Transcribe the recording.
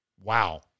Wow